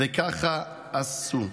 וכך עשו.